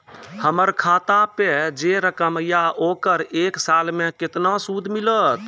हमर खाता पे जे रकम या ओकर एक साल मे केतना सूद मिलत?